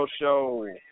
Show